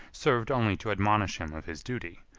served only to admonish him of his duty,